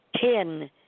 Ten